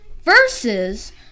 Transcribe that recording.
versus